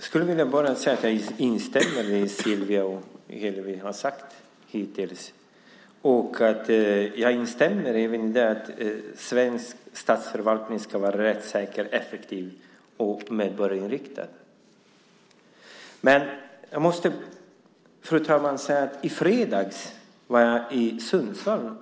Fru talman! Jag instämmer i vad Sylvia och Hillevi hittills har sagt. Jag instämmer även i att svensk statsförvaltning ska vara rättssäker, effektiv och medborgarinriktad. Fru talman! I fredags var jag i Sundsvall.